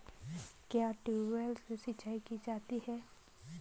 क्या ट्यूबवेल से सिंचाई की जाती है?